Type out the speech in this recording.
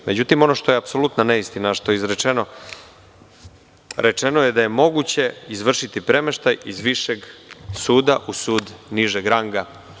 Ono što je apsolutna neistina a što je izrečeno – da je moguće izvršiti premeštaj iz višeg suda u sud nižeg ranga.